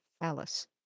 Alice